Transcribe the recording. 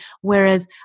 whereas